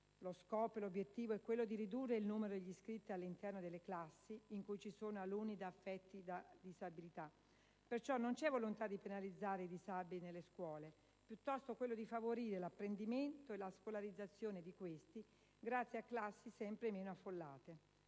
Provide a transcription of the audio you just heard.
«Lo scopo e l'obiettivo è quello di ridurre il numero degli iscritti all'interno delle classi in cui ci sono alunni affetti da disabilità. Perciò non c'è volontà di penalizzare i disabili nelle scuole, piuttosto quello di favorire l'apprendimento e la scolarizzazione di questi grazie a classi sempre meno affollate».